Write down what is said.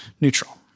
neutral